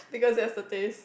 because that's the taste